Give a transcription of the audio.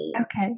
Okay